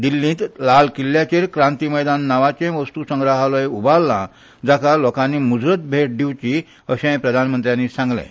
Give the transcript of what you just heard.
दिल्लींत लाल किल्ल्याचेर क्रांती मैदान नांवाचे वस्तू संग्रहालय उबारलां जाका लोकांनी मुजरत भेट दिवची अशें प्रधानमंत्र्यांनी सांगलें